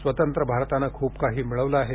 स्वतंत्र भारताने खूप काही मिळवले आहे